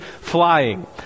flying